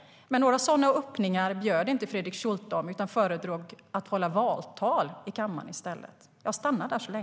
Men några sådana öppningar bjöd inte Fredrik Schulte på, utan han föredrog att i stället hålla valtal i kammaren.